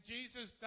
Jesus